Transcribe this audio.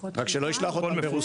ללשכות --- רק שלא ישלח אותם ברוסית.